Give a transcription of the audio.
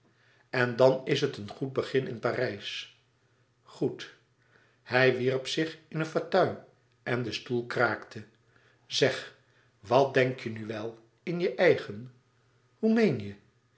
en dan is het een goed begin in parijs goed hij wierp zich in een fauteuil en de stoel kraakte zeg wat denk je nu wel in je eigen